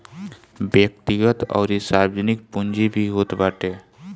व्यक्तिगत अउरी सार्वजनिक पूंजी भी होत बाटे